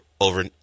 over